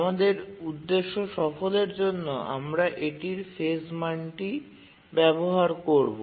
আমাদের উদ্দেশ্য সফলের জন্য আমরা এটির ফেজ মানটি ব্যবহার করব